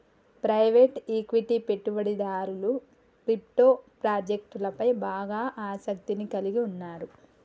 private equity పెట్టుబడిదారులు crypto ప్రాజెక్టులపై బాగా ఆసక్తిని కలిగి ఉన్నరు